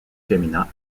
femina